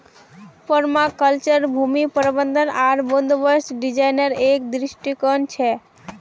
permaculture भूमि प्रबंधन आर बंदोबस्त डिजाइनेर एक दृष्टिकोण छिके